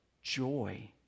Joy